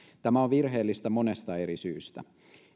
tämä on virheellistä monesta eri syystä